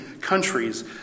countries